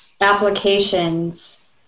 applications